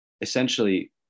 essentially